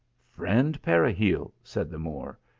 friend peregil, said the moor,